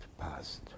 past